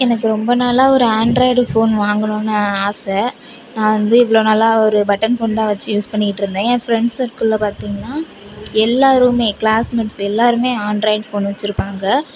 எனக்கு ரொம்ப நாளாக ஒரு ஆண்ட்ராய்டு ஃபோன் வாங்கணும்னு ஆசை நான் வந்து இவ்வளோ நாளாக ஒரு பட்டேன் செல் தான் வச்சு யூஸ் பண்ணிகிட்டு இருந்தேன் என் ஃப்ரெண்ட்ஸ் சர்க்கிள்ல பார்த்திங்கனா எல்லோருமே க்ளாஸ் மேட்ஸ் எல்லோருமே ஆண்ட்ராய்டு ஃபோன் வச்சுருப்பாங்க